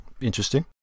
Interesting